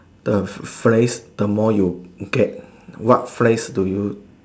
the phrase the more you get what phrase do you